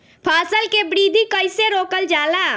फसल के वृद्धि कइसे रोकल जाला?